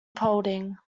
paulding